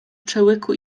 przełyku